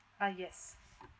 ah yes